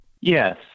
Yes